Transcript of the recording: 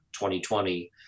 2020